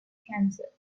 cancer